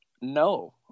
No